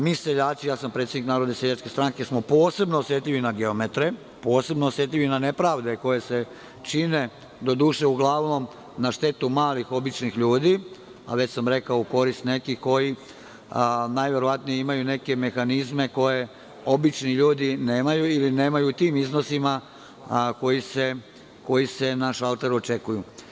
Mi seljaci, ja sam predsednik Narodne seljačke stranke, smo posebno osetljivi na geometre, posebno osetljivi na nepravde koje se čine, doduše uglavnom na štetu malih, običnih ljudi, a već sam rekao, u korist nekih koji najverovatnije imaju neke mehanizme koje obični ljudi nemaju ili nemaju u tim iznosima koji se na šalteru očekuju.